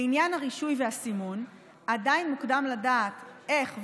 לעניין הרישוי והסימון עדיין מוקדם לדעת איך,